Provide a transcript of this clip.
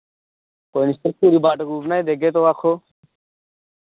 कोई निं सर पूरी वाटर प्रूफ बनाई देग्गे तुस आक्खो